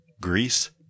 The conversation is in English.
Greece